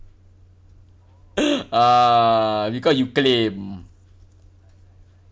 ah because you claim